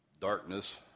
darkness